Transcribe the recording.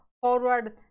forward